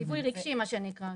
טיפול רגשי, מה שנקרא.